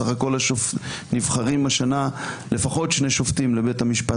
בסך הכול נבחרים השנה לפחות שני שופטים לבית המשפט